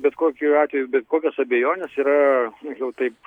bet kokiu atveju bet kokios abejonės yra jau taip